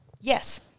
Yes